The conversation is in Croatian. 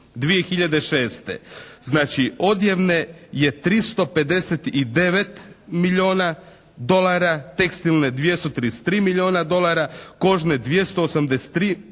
2006. Znači odjevne je 359 milijuna dolara. Tekstilne 233 milijuna dolara. Kožne 283 milijuna dolara.